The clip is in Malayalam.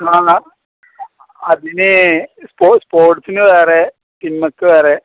അതിന് സ്പോർട്സിന് വേറെ സിനിമയ്ക്ക് വേറെ